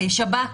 שב"כ